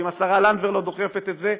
ואם השרה לנדבר לא הייתה דוחפת את זה,